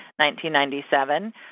1997